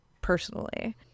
personally